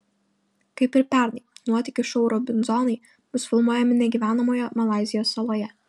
kaip ir pernai nuotykių šou robinzonai bus filmuojami negyvenamoje malaizijos saloje